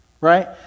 right